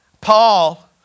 Paul